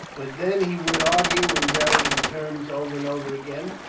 but then he would argue in varying terms over and over again,